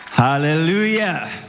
Hallelujah